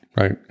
Right